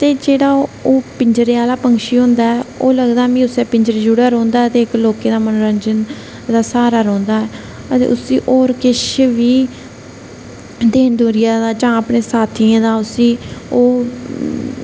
ते जेहड़ा ओह् पिंजरे आहला पक्षी होंदा ऐ ओह् लगदा मिगी उसे पिंजरे जुगड़ा रौंहदा ते लोकें दा मनोरंजन दा स्हारा रौंहदा ऐ ते उसी ओह् होर किश बी दीन दुनिया दा जां अपने साथियें दा उसी ओह्